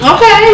Okay